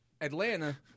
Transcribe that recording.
Atlanta